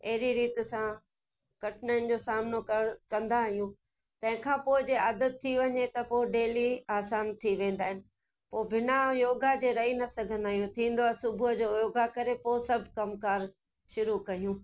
अहिड़ी रीति सां कठिनाइन जो सामिनो कर कंदा आहियूं तंहिंखां पोइ जे आदतु थी वञे त पोइ डेली आसानु थी वेंदा आहिनि पोइ बिना योगा जे रही सघंदा आहियूं थींदो आहिनि सुबुह जो योगा करे पोइ सभु कमकार शुरू कयूं